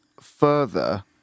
further